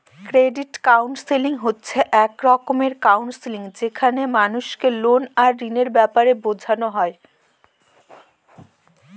credit counselling হচ্ছে এক রকমের কাউন্সেলিং যেখানে মানুষকে লোন আর ঋণের ব্যাপারে বোঝানো হয়